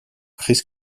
chris